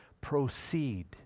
proceed